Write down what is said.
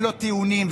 אין לנו עניין לדבר,